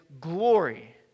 glory